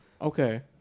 Okay